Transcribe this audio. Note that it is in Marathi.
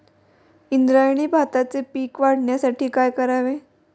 इंद्रायणी भाताचे पीक वाढण्यासाठी काय करावे?